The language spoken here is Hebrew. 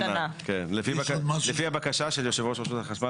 -- האם ניתן ביטוי בכל שרשרת הסעיפים הזאת